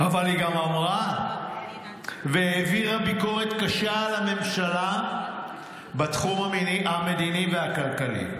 אבל היא גם אמרה והעבירה ביקורת קשה על הממשלה בתחום המדיני והכלכלי.